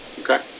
Okay